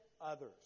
others